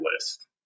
list